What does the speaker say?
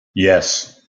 yes